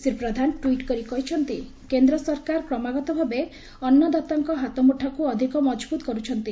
Shri Pradhan tweet କରି କହିଛନ୍ତି କେନ୍ଦ୍ର ସରକାର କ୍ରମାଗତଭାବେ ଅନ୍ନଦାତାଙ୍କ ହାତମୁଠାକୁ ଅଧିକ ମଜବୁତ୍ କରୁଛନ୍ତି